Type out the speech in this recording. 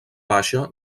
baixa